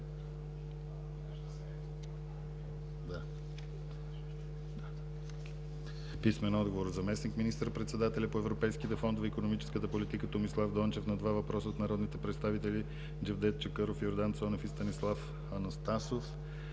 писмен отговор от заместник министър-председателя по европейските фондове и икономическата политика Томислав Дончев на два въпроса от народните представители Джевдет Чакъров, Йордан Цонев и Станислав Анастасов;